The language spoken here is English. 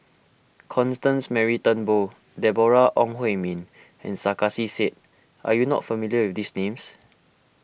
Constance Mary Turnbull Deborah Ong Hui Min and Sarkasi Said are you not familiar with these names